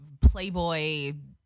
Playboy